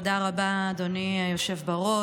תודה רבה, אדוני היושב בראש.